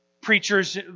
preachers